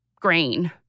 green